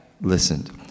listened